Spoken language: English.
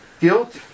Guilt